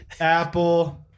apple